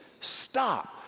stop